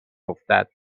افتد